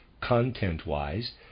content-wise